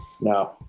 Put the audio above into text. No